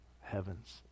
heavens